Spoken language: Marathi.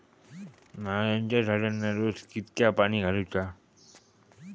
नारळाचा झाडांना रोज कितक्या पाणी घालुचा?